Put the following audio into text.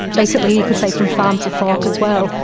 basically you could say from farm to fork as well.